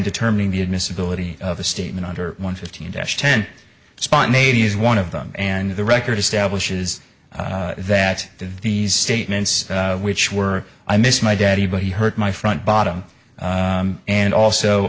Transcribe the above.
determining the admissibility of a statement under one fifteen dash ten spontaneity is one of them and the record establishes that these statements which were i miss my daddy but he hurt my front bottom and also